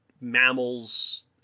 mammals